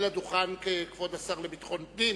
כבוד השר לביטחון הפנים